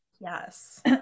Yes